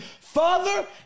Father